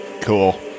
Cool